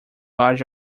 large